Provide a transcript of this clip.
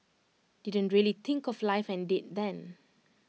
didn't really think of life and death then